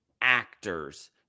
actors